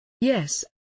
Yes